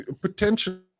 potentially